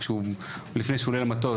לפני שהוא עולה למטוס,